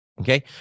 okay